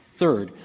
third,